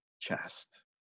chest